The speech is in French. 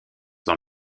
dans